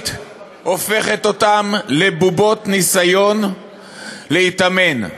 הראשית הופכת אותם לבובות בניסיון להתאמן.